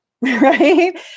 right